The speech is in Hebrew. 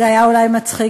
זה היה אולי מצחיק,